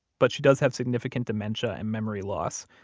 but she does have significant dementia and memory loss.